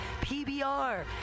PBR